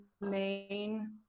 main